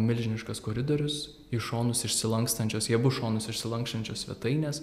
milžiniškas koridorius į šonus išsilankstančios į abu šonus išsilankštančios svetainės